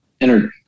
entered